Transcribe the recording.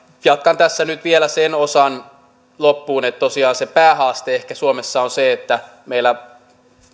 jatkan tässä nyt vielä sen osan loppuun että tosiaan se päähaaste ehkä suomessa on se että meillä